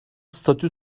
statü